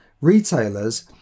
retailers